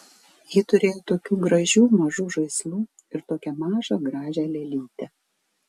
ji turėjo tokių gražių mažų žaislų ir tokią mažą gražią lėlytę